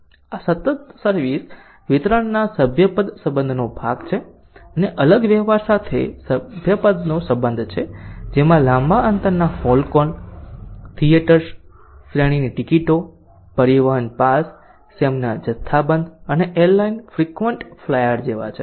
આ સતત સર્વિસ વિતરણના સભ્યપદ સંબંધનો ભાગ છે અને અલગ વ્યવહાર સાથે સભ્યપદનો સંબંધ છે જેમાં લાંબા અંતરના ફોન કોલ થિયેટર શ્રેણીની ટિકિટો પરિવહન પાસ સેમના જથ્થાબંધ અને એરલાઇન ફ્રીક્વન્ટ ફ્લાયર જેવા છે